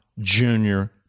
junior